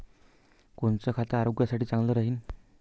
कोनचं खत आरोग्यासाठी चांगलं राहीन?